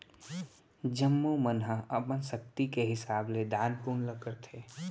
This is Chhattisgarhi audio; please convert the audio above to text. जम्मो मन ह अपन सक्ति के हिसाब ले दान पून ल करथे